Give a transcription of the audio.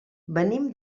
venim